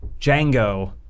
Django